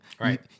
Right